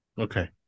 Okay